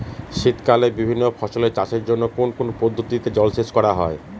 শীতকালে বিভিন্ন ফসলের চাষের জন্য কোন কোন পদ্ধতিতে জলসেচ করা হয়?